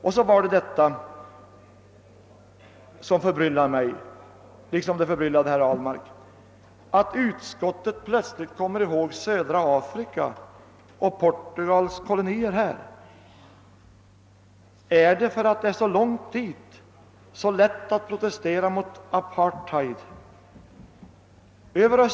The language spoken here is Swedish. Och så förbryllar det mig, liksom också herr Ahlmark, att man nu plötsligt kommer ihåg södra Afrika och Portugals kolonier. Är det för att det är så långt dig och för att det är så lätt alt protestera mot apartheid?